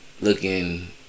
Looking